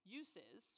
uses